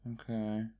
Okay